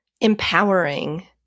empowering